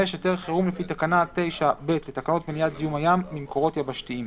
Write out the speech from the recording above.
(45)היתר חירום לפי תקנה 9(ב) לתקנות מניעת זיהום הים ממקורות יבשתיים,